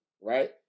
right